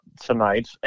tonight